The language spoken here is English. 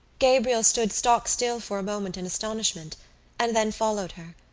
gabriel stood stock-still for a moment in astonishment and then followed her.